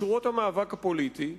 בשורות המאבק הפוליטי.